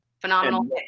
phenomenal